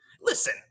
listen